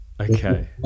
Okay